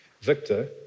Victor